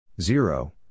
zero